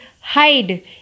hide